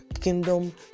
kingdom